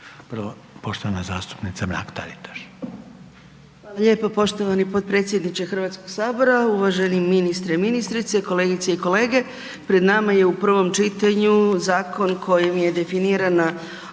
prvo poštovana zastupnica Anka Mrak Taritaš,